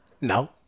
No